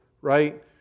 right